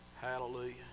hallelujah